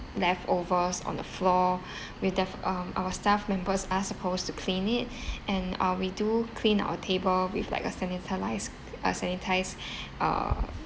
leftovers on the floor we'll def~ um our staff members are supposed to clean it and uh we do clean our table with like a sanitalised~ uh sanitised uh